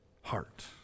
heart